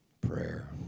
Prayer